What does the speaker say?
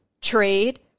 trade